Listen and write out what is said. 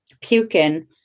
puking